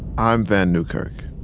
i'm vann newkirk,